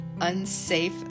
unsafe